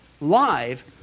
live